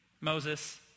Moses